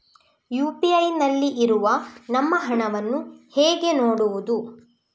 UPI ನಲ್ಲಿ ಇರುವ ನಮ್ಮ ಹಣವನ್ನು ಹೇಗೆ ನೋಡುವುದು?